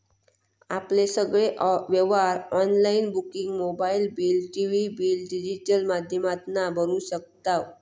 आपले सगळे व्यवहार online booking mobile bill, TV bill digital माध्यमातना भरू शकताव